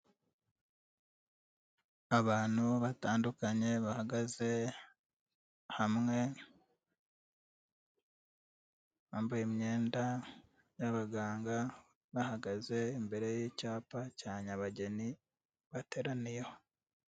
Abantu batandukanye bahagaze hamwe bambaye imyenda y'abaganga bahagaze imbere y'icyapa cya Nyabageni bateraniyeho.